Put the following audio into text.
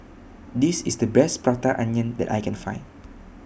This IS The Best Prata Onion that I Can Find